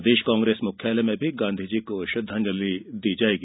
प्रदेश कांग्रेस मुख्यालय में भी गांधीजी को श्रद्धांजली दी जायेगी